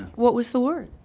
what was the word?